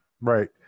Right